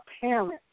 parents